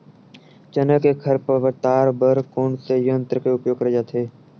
चना के खरपतवार बर कोन से यंत्र के उपयोग करे जाथे?